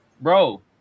bro